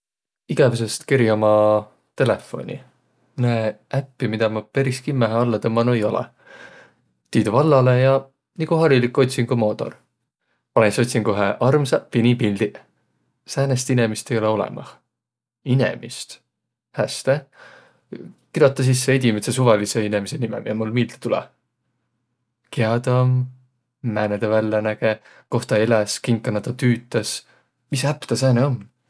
Igävüsest keri umma telefonni. Näe äppi, midä ma peris kimmähe alla tõmmanuq ei olõq. Tii tuu vallalõ ja – nigu harilik otsingumoodor. Panõ sis otsinguhe "armsaq pinipildiq" – "Säänest inemist ei olõq olõmah". Inemist? Häste. Kiroda sis edimädse suvalidsõ inemise nime, kiä mul miilde tulõ. Kiä tä om? Määne tä vällä näge? Koh tä eläs? Kinkana tä tüütäs? Mis äpp taa sääne om?